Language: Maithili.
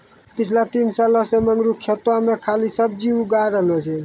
पिछला तीन सालों सॅ मंगरू खेतो मॅ खाली सब्जीए उगाय रहलो छै